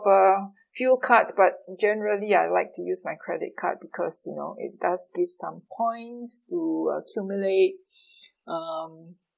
uh fuel cards but generally I like to use my credit card because you know it does give some points to accumulate um